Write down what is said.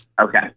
okay